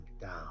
down